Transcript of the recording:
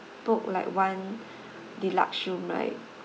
put like one deluxe room right